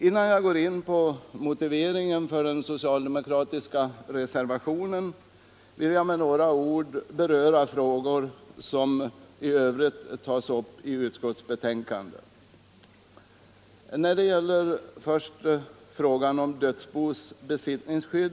Innan jag går in på motiveringen till den socialdemokratiska reservationen vill jag med några ord beröra övriga frågor i utskottets betänkande. Först några ord om dödsbos besittningsskydd.